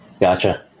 Gotcha